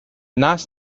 nas